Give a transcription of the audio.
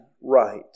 right